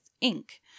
ink